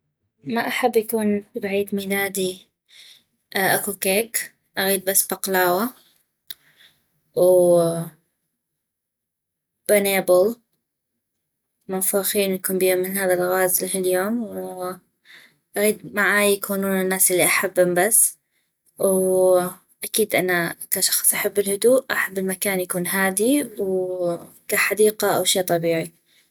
ما أحب يكون بعيد ميلادي اكو كيك اغيد بس بقلاوة وبنيبل منفوخين ويكون بيهم من هذا الغاز الهيليوم واغيد يكون معاي بس الناس الي احبم بس واكيد انا كشخص احب الهدوء احب المكان يكون هادي وكحديقة او شي طبيعي